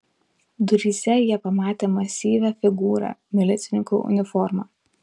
duryse jie pamatė masyvią figūrą milicininko uniforma